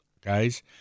guys